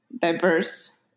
diverse